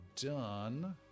done